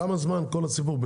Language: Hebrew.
כמה זמן כל הסיפור?